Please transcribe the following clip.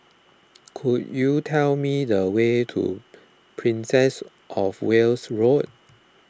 could you tell me the way to Princess of Wales Road